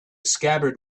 scabbard